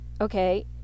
okay